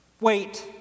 Wait